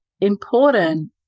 important